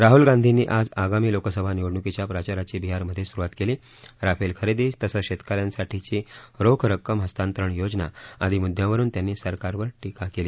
राहुल गांधीनी आज आगामी लोकसभा निवडणुकीच्या प्रचाराची बिहारमध्ये सुरुवात केली राफेल खरेदी तसंच शेतक यांसाठीची रोख रक्कम हस्तातंरण योजना आदी मुद्यांवरुन त्यांनी सरकारवर टीका केली